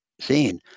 seen